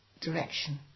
direction